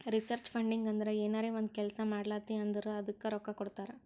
research funding ಅಂದುರ್ ಏನರೇ ಒಂದ್ ಕೆಲ್ಸಾ ಮಾಡ್ಲಾತಿ ಅಂದುರ್ ಅದ್ದುಕ ರೊಕ್ಕಾ ಕೊಡ್ತಾರ್